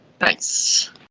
Nice